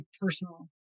personal